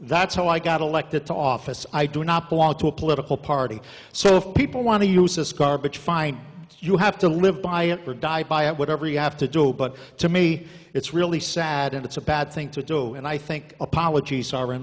that's how i got elected to office i do not belong to a political party so if people want to use this garbage fine you have to live by it or die by it whatever you have to do but to me it's really sad and it's a bad thing to do and i think apologies are in